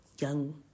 young